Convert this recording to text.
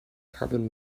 carbon